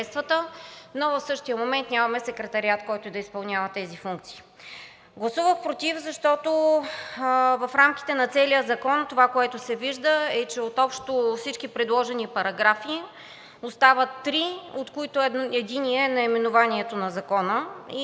но в същия момент нямаме секретариат, който да изпълнява тези функции. Гласувах против, защото в рамките на целия закон това, което се вижда, е, че от общо всички предложени параграфи остават три, от които единият е наименованието на Закона.